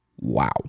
Wow